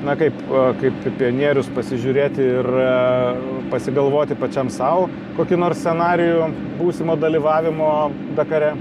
na kaip kaip kaip pionierius pasižiūrėti ir pasigalvoti pačiam sau kokį nors scenarijų būsimo dalyvavimo dakare